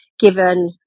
given